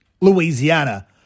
Louisiana